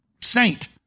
saint